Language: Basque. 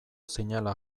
zinela